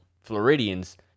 Floridians